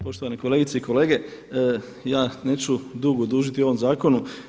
Poštovane kolegice i kolege, ja neću dugo dužiti o ovom zakonu.